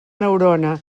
neurona